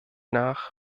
nach